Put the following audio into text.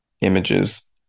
images